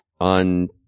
on